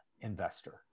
investor